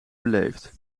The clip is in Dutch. beleefd